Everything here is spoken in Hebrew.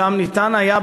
שם ניתן היה,